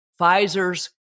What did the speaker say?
Pfizer's